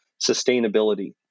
sustainability